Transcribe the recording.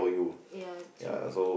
ya true